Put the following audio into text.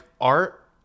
art